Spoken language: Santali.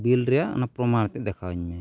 ᱨᱮᱭᱟᱜ ᱚᱱᱟ ᱯᱨᱚᱢᱟᱱ ᱠᱟᱹᱡ ᱫᱮᱠᱷᱟᱣᱟᱹᱧ ᱢᱮ